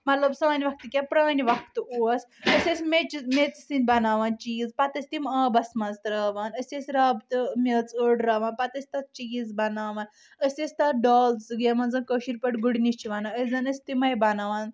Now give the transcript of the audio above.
مطلب سانہٕ وقتہٕ کیاہ پرانہِ وقتہٕ اوس أس ٲسۍ مچ میژٕ سۭتۍ بناوان چیٖز پتہٕ آس تم آبس منٛز تراوان أس ٲسۍ رب تہِ میٚژ آڈروان پتہٕ آس تتھ چیٖز بناوان أسۍ ٲسۍ تتھ ڈالٕز یمن زن کٔاشِر پاٹھۍ گوٚڈنہٕ چھ ونان أسۍ زَن ٲسۍ تمے بناوان